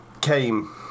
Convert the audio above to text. came